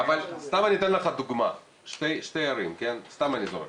סתם אני אתן לך דוגמה, שתי ערים, סתם אני זורק.